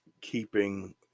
keeping